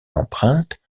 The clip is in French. l’empreinte